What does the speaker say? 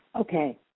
Okay